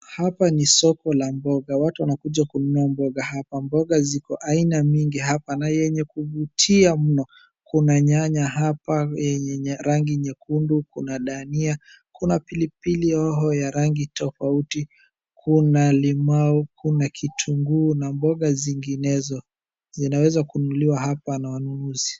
Hapa ni soko la mboga, watu wanakuja kununua mboga hapa. Mboga ziko aina mingi hapa na yenye kuvutia mno. Kuna nyanya hapa yenye rangi nyekundu, kuna dania, kuna pilipili hoho ya rangi tofauti, kuna limau, kuna kitunguu na mboga zinginezo zinaweza kunuliwa hapa na wanunuzi.